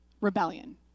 rebellion